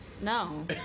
No